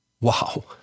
Wow